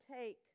take